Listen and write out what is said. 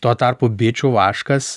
tuo tarpu bičių vaškas